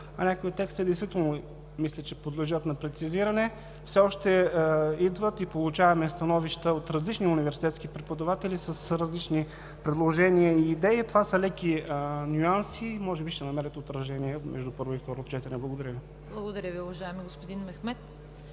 че някои от текстовете подлежат на прецизиране. Все още получаваме становища от различни университетски преподаватели с различни предложения и идеи. Това са леки нюанси и може би ще намерят отражение между първо и второ четене. Благодаря Ви. ПРЕДСЕДАТЕЛ ЦВЕТА